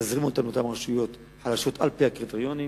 נזרים לרשויות חלשות על-פי הקריטריונים,